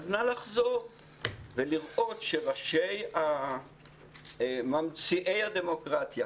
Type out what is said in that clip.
אז נא לחזור ולראות שראשי ממציאי הדמוקרטיה,